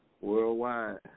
worldwide